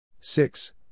six